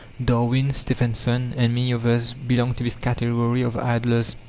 darwin, stephenson, and many others belonged to this category of idlers.